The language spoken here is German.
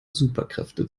superkräfte